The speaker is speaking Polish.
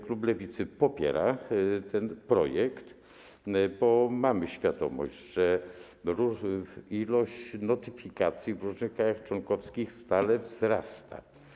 Klub Lewicy popiera ten projekt, bo mamy świadomość, że ilość notyfikacji w różnych krajach członkowskich stale wzrasta.